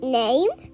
name